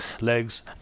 legs